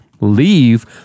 leave